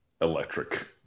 electric